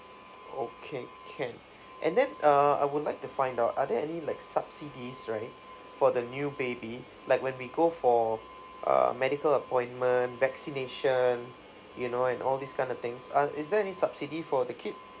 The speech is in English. okay can and then uh I would like to find out are there any like subsidies right for the new baby like when we go for err medical appointment vaccination you know and all these kind of things are is there any subsidy for the kid